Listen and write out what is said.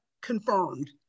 confirmed